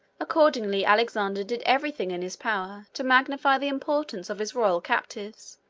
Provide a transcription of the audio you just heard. accordingly, alexander did every thing in his power to magnify the importance of his royal captives,